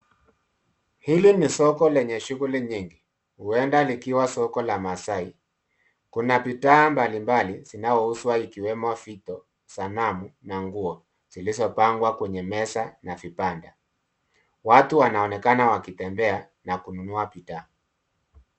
Hili ni soko lenye shughuli nyingi, huenda likiwa Soko la Maasai. Kuna bidhaa mbalimbali zinazouzwa, ikiwemo vito, sanamu, na nguo zilizopangwa kwenye meza na vibanda. Watu wanaonekana wakitembea na kununua bidhaa.